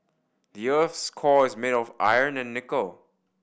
the earth's core is made of iron and nickel